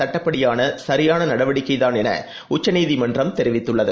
சுட்டப்படியானசரியானநடவடிக்கைதான் எனஉச்சநீதிமன்றம் தெரிவித்துள்ளது